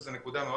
זאת נקודה מאוד